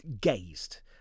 gazed